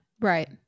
Right